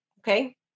okay